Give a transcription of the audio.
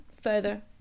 further